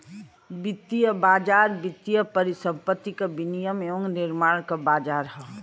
वित्तीय बाज़ार वित्तीय परिसंपत्ति क विनियम एवं निर्माण क बाज़ार हौ